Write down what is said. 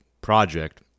project